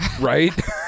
Right